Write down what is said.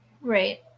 Right